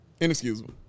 Inexcusable